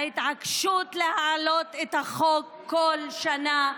וההתעקשות להעלות את החוק כל שנה,